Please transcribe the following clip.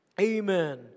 Amen